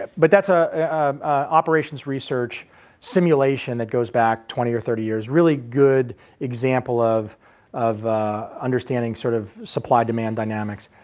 but that's an ah operations research simulation that goes back twenty or thirty years, really good example of of understanding sort of supply demand dynamics.